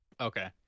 Okay